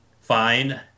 fine